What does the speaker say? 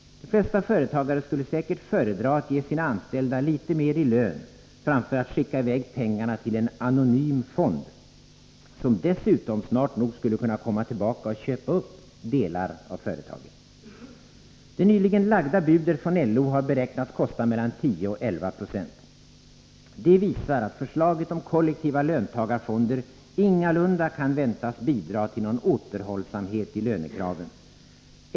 De flesta löntagare skulle säkert föredra att ge sina anställda litet mer i lön framför att skicka i väg pengarna till en anonym fond, som dessutom snart nog skulle kunna komma tillbaka och köpa upp delar av företaget. Det nyligen lagda budet från LO i lönerörelsen har beräknats kosta mellan 10 och 11 96. Detta visar att förslaget om kollektiva löntagarfonder ingalunda kan väntas bidra till någon återhållsamhet i lönekraven.